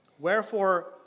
Wherefore